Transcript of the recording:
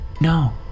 No